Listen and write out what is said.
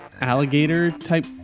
alligator-type